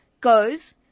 goes